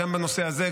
גם בנושא הזה,